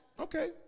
okay